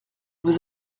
vous